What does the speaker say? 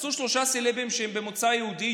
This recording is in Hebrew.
מצאו שלושה סלבים שהם ממוצא יהודי,